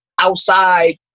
outside